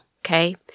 okay